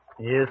Yes